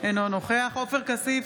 נוכח עופר כסיף,